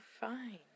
fine